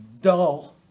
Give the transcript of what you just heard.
dull